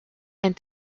and